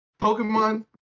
Pokemon